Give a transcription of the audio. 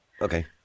Okay